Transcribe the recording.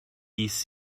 ist